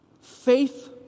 Faith